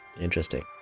Interesting